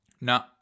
No